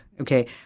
Okay